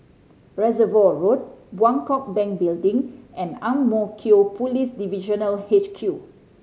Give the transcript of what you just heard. Reservoir Road Bangkok Bank Building and Ang Mo Kio Police Divisional H Q